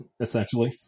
essentially